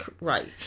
right